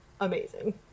amazing